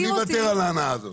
אני מוותר על ההנאה הזאת.